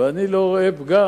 ואני לא רואה פגם